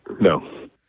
No